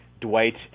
Dwight